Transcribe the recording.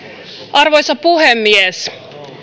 arvoisa puhemies